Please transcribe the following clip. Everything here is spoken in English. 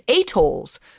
atolls